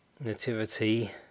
Nativity